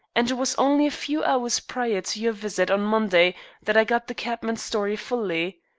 and it was only a few hours prior to your visit on monday that i got the cabman's story fully.